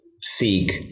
seek